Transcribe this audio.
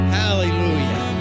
hallelujah